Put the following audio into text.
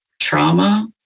trauma